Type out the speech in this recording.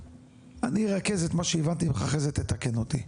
אני ארכז את מה שהבנתי ממך אחרי זה תתקן אותי.